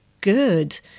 good